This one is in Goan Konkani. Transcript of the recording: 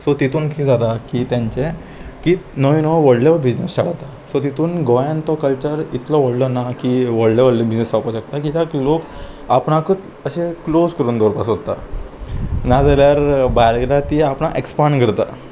सो तितून कितें जाता की तेंचे की नव्यो नव्यो व्हडलो बिजनस स्टाट जाता सो तितून गोंयान तो कल्चर इतलो व्हडलो ना की व्हडले व्हडले बिजनस जावपाक शकता कित्याक लोक आपणाकूच अशे क्लोज करून दवरपा सोदता नाजाल्यार भायर गेल्यार ती आपणाक एक्सपान्ड करता